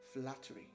Flattery